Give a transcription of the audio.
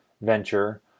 venture